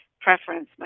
preference